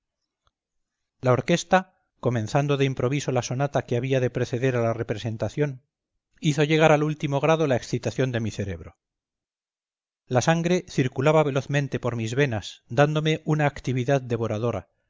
la orquesta comenzando de improviso la sonata que había de preceder a la representación hizo llegar al último grado la excitación de mi cerebro la sangre circulaba velozmente por mis venas dándome una actividad devoradora